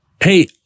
Hey